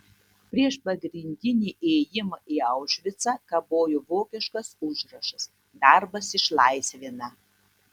prieš pagrindinį įėjimą į aušvicą kabojo vokiškas užrašas darbas išlaisvina